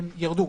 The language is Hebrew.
הן ירדו,